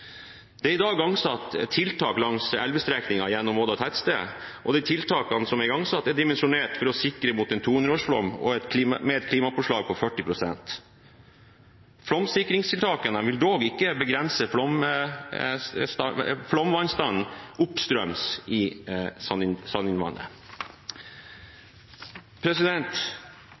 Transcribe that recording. Det er i dag igangsatt tiltak langs elvestrekningen gjennom tettstedet Odda, og de tiltakene som er igangsatt, er dimensjonert for å kunne sikre mot en 200-årsflom, med et klimapåslag på 40 pst. Flomsikringstiltakene vil dog ikke begrense flomvannstanden oppstrøms i